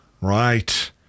Right